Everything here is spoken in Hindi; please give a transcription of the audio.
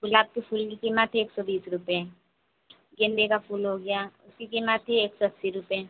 गुलाब के फूल की क़ीमत एक सौ बीस रुपये गेंदे का फूल हो गया उसकी क़ीमत है एक सौ अस्सी रुपये